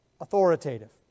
authoritative